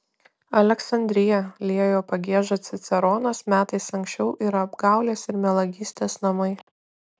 aleksandrija liejo pagiežą ciceronas metais anksčiau yra apgaulės ir melagystės namai